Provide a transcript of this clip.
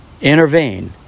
Intervene